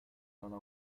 toda